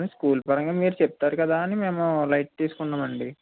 school పరంగా మీరు చెప్తారు కదా అని మేము లైట్ తీసుకున్నాం అండి